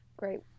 Great